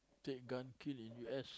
take gun kill in U_S